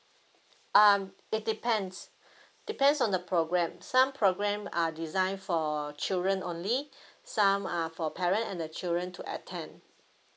um it depends depends on the programme some programme are designed for children only some are for parent and the children to attend